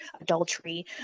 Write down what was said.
adultery